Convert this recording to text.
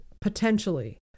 potentially